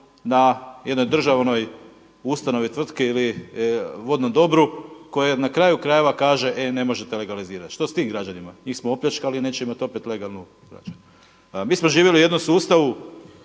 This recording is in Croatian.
na jednoj državnoj ustanovi, tvrtki ili vodnom dobru koje na kraju krajeva kaže e ne možete legalizirati. Što s tim građanima? Njih smo opljačkali a neće imati opet legalnu građevinu. Mi smo živjeli u jednom sustavu